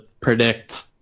predict